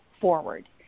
forward